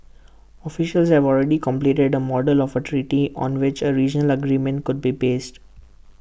officials have already completed A model of A treaty on which A regional agreement could be based